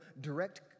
direct